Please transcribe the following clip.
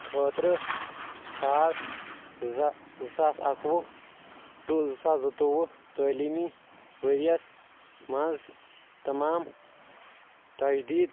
خٲطرٕ ژھار زٕ ساس أکوُہ ٹُو زٕ ساس زٕتووُہ تٔعلیٖمی ؤری یَس منٛز تَمام تجدیٖد